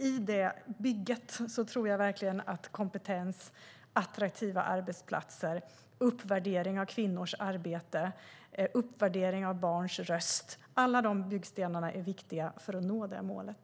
I det bygget tror jag verkligen att byggstenarna kompetens, attraktiva arbetsplatser, uppvärdering av kvinnors arbete och uppvärdering av barns röst alla är viktiga för att nå det målet.